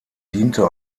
diente